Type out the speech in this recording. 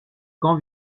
quand